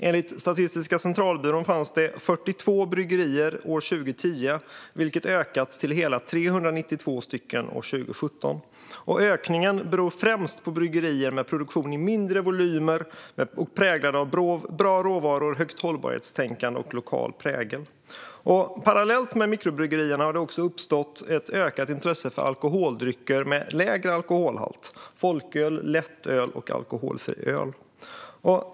Enligt SCB fanns det 42 bryggerier 2010, och antalet ökade sedan till hela 392 bryggerier 2017. Ökningen utgörs främst av bryggerier med produktion i mindre volymer, präglad av bra råvaror och högt hållbarhetstänkande och med lokal prägel. Parallellt med mikrobryggerierna har det också uppstått ett ökat intresse för alkoholdrycker med lägre alkoholhalt - folköl, lättöl och alkoholfri öl.